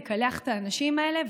יקלח את האנשים האלה,